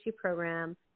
program